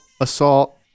assault